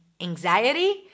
anxiety